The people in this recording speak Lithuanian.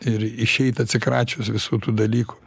ir išeit atsikračius visų tų dalykų